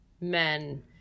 men